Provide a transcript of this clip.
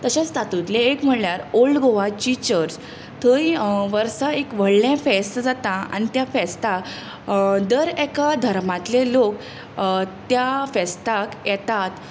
तशेंच तातुंतलें एक म्हळ्ळ्यार ओल्ड गोवाची चर्च थंय वर्सा एक व्हडलें फेस्त जाता आन त्या फेस्ताक दर एका धर्मांतले लोक त्या फेस्ताक येतात